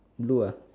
blue uh